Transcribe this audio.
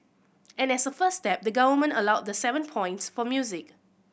and as a first step the Government allowed the seven points for music